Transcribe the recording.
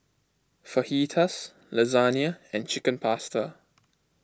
Fajitas Lasagna and Chicken Pasta